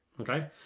Okay